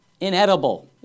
inedible